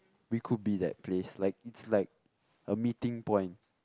we could be that place like it's like a meeting point